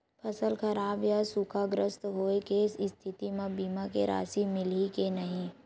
फसल खराब या सूखाग्रस्त होय के स्थिति म बीमा के राशि मिलही के नही?